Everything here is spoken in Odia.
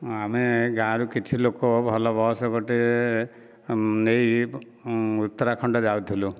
ଆମେ ଗାଁ ରୁ କିଛି ଲୋକ ଭଲ ବସ୍ ଗୋଟିଏ ନେଇ ଉତ୍ତରାଖଣ୍ଡ ଯାଉଥିଲୁ